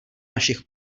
našich